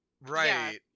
right